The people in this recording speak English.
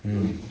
mmhmm